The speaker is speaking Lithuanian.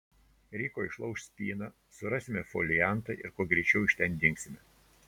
ryko išlauš spyną surasime foliantą ir kuo greičiau iš ten dingsime